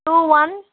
two one